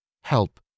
Help